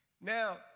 Now